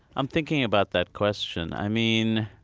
i'm thinking about that question. i mean,